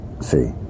See